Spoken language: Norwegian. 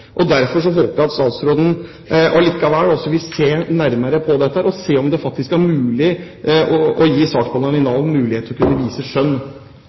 og andre ting, betyr enormt mye for enkeltmennesker. Derfor håper jeg at statsråden allikevel vil se nærmere på dette, og se om en kan gi saksbehandlerne i Nav en mulighet til å kunne utøve skjønn.